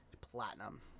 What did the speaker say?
platinum